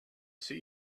see